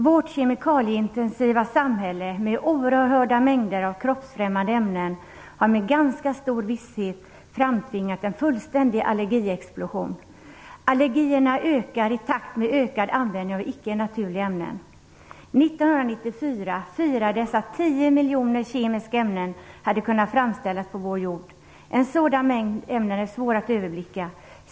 Vårt kemikalieintensiva samhälle med oerhörda mängder av kroppsfrämmande ämnen har med ganska stor visshet framtvingat en fullständig allergiexplosion. Allergierna ökar i takt med ökad användning och icke naturliga ämnen. År 1994 firades att 10 miljoner kemiska ämnen hade kunnat framställas på vår jord. En sådan mängd ämnen är svår att överblicka.